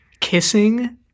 Kissing